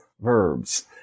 verbs